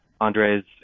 andre's